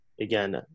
again